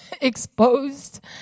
exposed